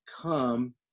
come